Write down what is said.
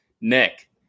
Nick